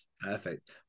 Perfect